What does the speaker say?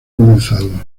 comenzado